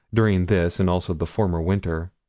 during this and also the former winter,